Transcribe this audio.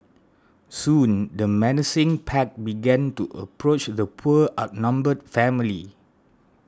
soon the menacing pack began to approach the poor outnumbered family